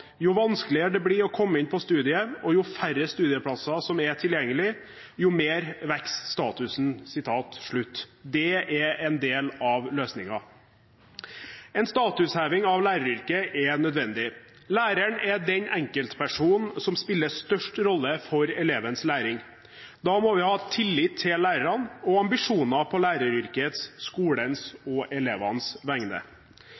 Jo vanskeligere det blir å komme inn på studiet, og jo færre studieplasser som er tilgjengelig, jo mer vokser statusen.» Det er en del av løsningen. En statusheving av læreryrket er nødvendig. Læreren er den enkeltperson som spiller størst rolle for elevens læring. Da må vi ha tillit til lærerne og ambisjoner på læreryrkets, skolens og elevenes vegne.